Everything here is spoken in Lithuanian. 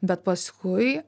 bet paskui